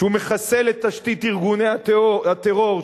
שהוא מחסל את תשתית ארגוני הטרור,